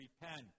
repent